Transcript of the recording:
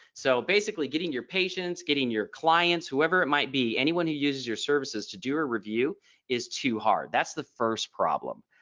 so basically getting your patients getting your clients whoever it might be anyone who uses your services to do a review is too hard. that's the first problem.